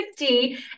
50